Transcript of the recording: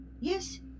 yes